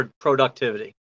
productivity